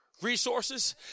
Resources